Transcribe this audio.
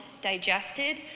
digested